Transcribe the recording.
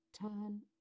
turn